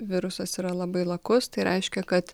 virusas yra labai lakus tai reiškia kad